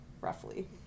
Roughly